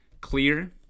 clear